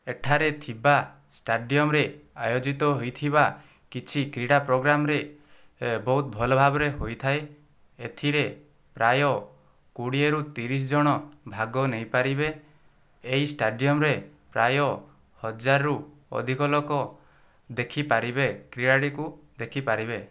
ଏଠାରେ ଥିବା ଷ୍ଟାଡ଼ିୟମରେ ଆୟୋଜିତ ହୋଇଥିବା କିଛି କ୍ରୀଡ଼ା ପ୍ରୋଗ୍ରାମରେ ବହୁତ ଭଲ ଭାବରେ ହୋଇଥାଏ ଏଥିରେ ପ୍ରାୟ କୋଡ଼ିଏରୁ ତିରିଶ ଜଣ ଭାଗ ନେଇପାରିବେ ଏହି ଷ୍ଟାଡ଼ିୟମର ପ୍ରାୟ ହଜାରରୁ ଅଧିକ ଲୋକ ଦେଖିପାରିବେ କୀଡ଼ାଟିକୁ ଦେଖିପାରିବେ